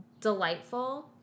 Delightful